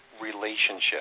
relationship